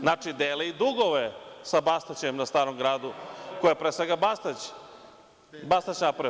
Znači, delili dugove sa Bastaćem na Starom gradu, koje je, pre svega, Bastać napravio.